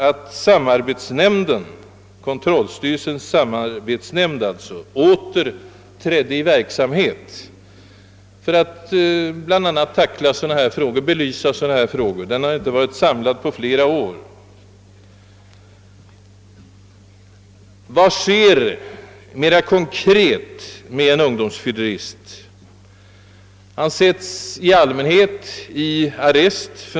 att kontrollstyrelsens samarbetsnämnd åter trädde i verksamhet för att söka aktualisera frågor av det slaget? Den nämnden har inte varit samlad på flera år. Vad sker mera konkret med en ungdomsfyllerist? Ja, i allmänhet sättes han väl i arrest.